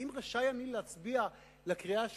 האם רשאי אני להצביע בקריאה השלישית?